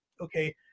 Okay